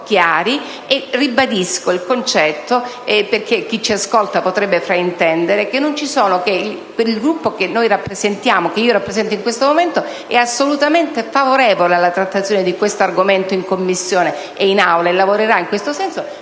e ribadisco il concetto (perché chi ci ascolta potrebbe fraintendere) che il Gruppo che io rappresento in questo momento è assolutamente favorevole alla trattazione di questo argomento in Commissione ed in Aula e lavorerà in tal senso,